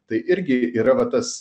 tai irgi yra va tas